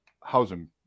housing